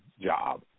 job